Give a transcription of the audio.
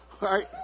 Right